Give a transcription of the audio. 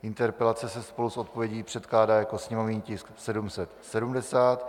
Interpelace se spolu s odpovědí předkládá jako sněmovní tisk 770.